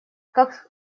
как